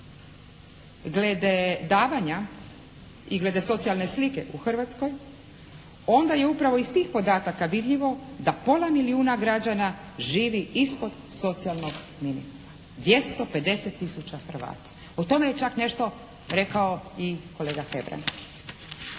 glede davanja i glede socijalne slike u Hrvatskoj onda je upravo iz tih podataka vidljivo da pola milijuna građana živi ispod socijalnog minimuma, 250 tisuća Hrvata. O tome je čak nešto rekao i kolega Hebrang.